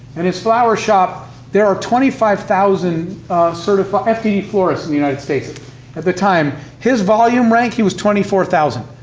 and his flower shop there are twenty five thousand sort of ftd florists in the united states at the time. his volume rank, he was twenty four thousand.